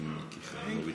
אדוני היושב-ראש,